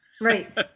right